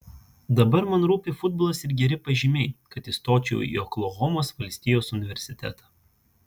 dabar man rūpi futbolas ir geri pažymiai kad įstočiau į oklahomos valstijos universitetą